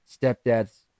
stepdad's